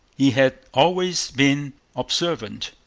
he had always been observant.